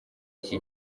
iki